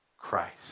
Christ